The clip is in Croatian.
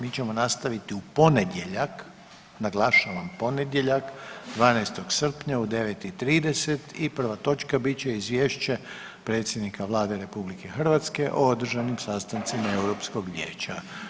Mi ćemo nastaviti u ponedjeljak, naglašavam, ponedjeljak, 12. srpnja u 9,30 i prva točka bit će Izvješće predsjednika Vlade RH o održanim sastancima EU vijeća.